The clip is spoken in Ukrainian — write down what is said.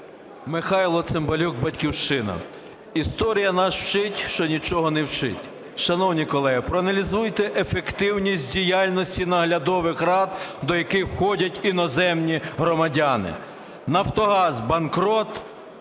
Михайло Цимбалюк, "Батьківщина". Історія нас вчить, що нічого не вчить. Шановні колеги, проаналізуйте ефективність діяльності наглядових рад, до яких входять іноземні громадяни. Нафтогаз - банкрот.